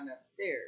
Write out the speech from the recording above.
upstairs